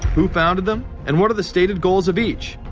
who founded them and what are the stated goals of each?